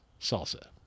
salsa